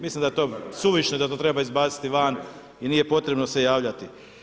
Mislim da je to suvišno i da to treba izbaciti van i nije potrebno se javljati.